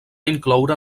incloure